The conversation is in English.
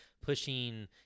pushing